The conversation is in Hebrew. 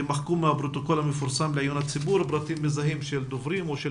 יימחקו מהפרוטוקול המפורסם לעיון הציבור פרטים מזהים של דוברים או של